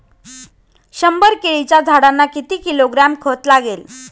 शंभर केळीच्या झाडांना किती किलोग्रॅम खत लागेल?